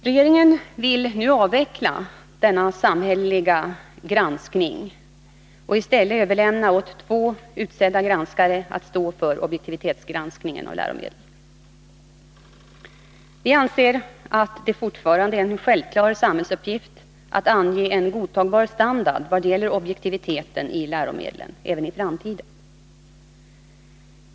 Regeringen vill nu avveckla denna samhälleliga granskning och i stället överlämna åt två utsedda granskare att stå för objektivitetsgranskningen av läromedlen. Vi anser att det även i framtiden är en självklar samhällsuppgift att ange en godtagbar standard vad gäller objektiviteten i läromedlen.